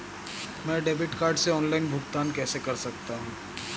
मैं debit card से online भुगतान कैसे कर सकता हूँ?